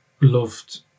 loved